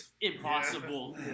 Impossible